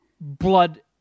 blood